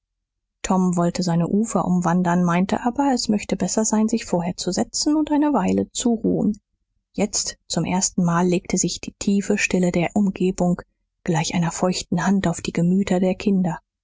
tom wollte seine ufer umwandern meinte aber es möchte besser sein sich vorher zu setzen und eine weile zu ruhen jetzt zum erstenmal legte sich die tiefe stille der umgebung gleich einer feuchten hand auf die gemüter der kinder